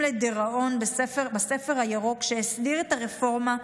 לדיראון בספר הירוק שהסדיר את הרפורמה,